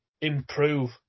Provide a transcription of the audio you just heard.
improve